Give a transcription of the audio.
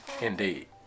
Indeed